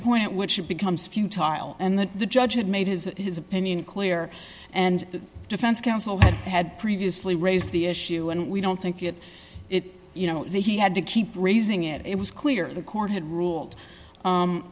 point at which it becomes few tile and that the judge had made his his opinion clear and the defense counsel that had previously raised the issue and we don't think it it you know that he had to keep raising it it was clear the court had ruled